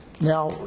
Now